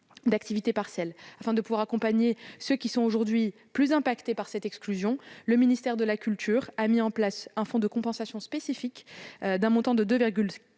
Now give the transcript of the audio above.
l'activité partielle. Afin de pouvoir accompagner ceux qui sont les plus impactés par cette exclusion, le ministère de la culture a mis en place un fonds de compensation spécifique, d'un montant de 2,15